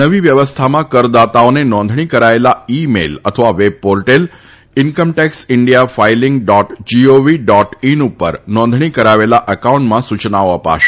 નવી વ્યવસ્થામાં કરદાતાઓને નોંધણી કરાયેલા ઈ મેઈલ તથા web portal income tax India filing dot gov dot in ઉપર નોંધણી કરાવેલા એકાઉન્ટમાં સૂચનાઓ અપાશે